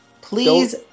Please